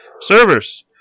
servers